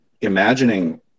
imagining